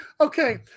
Okay